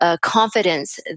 confidence